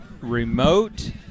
remote